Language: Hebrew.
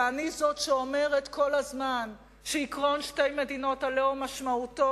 ואני זאת שאומרת כל זמן שעקרון שתי מדינות הלאום משמעותו